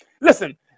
Listen